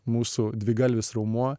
mūsų dvigalvis raumuo